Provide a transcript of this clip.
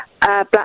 Black